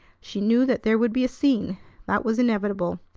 she knew that there would be a scene that was inevitable.